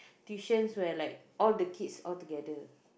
tuitions where like all the kids altogether